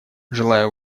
желаю